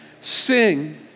sing